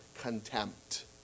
contempt